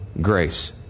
grace